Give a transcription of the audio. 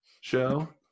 show